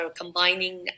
combining